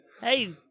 Hey